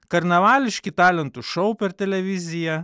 karnavališki talentų šou per televiziją